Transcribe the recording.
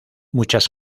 muchas